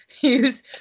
use